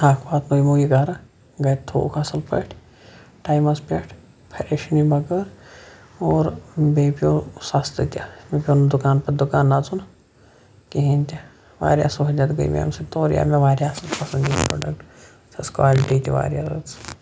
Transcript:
اکھ واتنوو یِمو یہٕ گَرٕ گَرِ تھو وُکھ اَصل پٲٹھۍ ٹایمَس پٮ۪ٹھ پَریشٲنی بَغٲر اور بیٚیہِ پیٚو سَستہٕ تہِ بیٚیہِ پیٚو نہٕ دُکان پَتہٕ دُکان نَژُن کِہِیٖنۍ تہِ واریاہ سہولیت گٔے مےٚ امہ سۭتۍ اور یہِ آو مےٚ واریاہ اَصل پَسَنٛد یہِ پروڈَکٹ اتھ ٲسۍ کالٹی تہِ واریاہ رٕژ